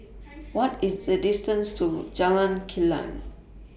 What IS The distance to Jalan Kilang